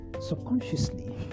subconsciously